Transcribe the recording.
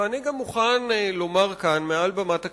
ואני גם מוכן לומר כאן, מעל במת הכנסת,